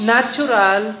Natural